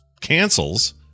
cancels